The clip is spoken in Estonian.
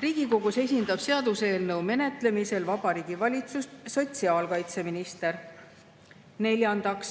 Riigikogus esindab seaduseelnõu menetlemisel Vabariigi Valitsust sotsiaalkaitseminister. Neljandaks,